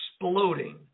exploding